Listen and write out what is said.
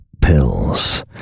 Pills